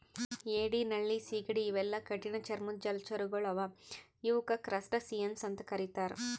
ಏಡಿ ನಳ್ಳಿ ಸೀಗಡಿ ಇವೆಲ್ಲಾ ಕಠಿಣ್ ಚರ್ಮದ್ದ್ ಜಲಚರಗೊಳ್ ಅವಾ ಇವಕ್ಕ್ ಕ್ರಸ್ಟಸಿಯನ್ಸ್ ಅಂತಾ ಕರಿತಾರ್